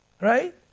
Right